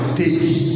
take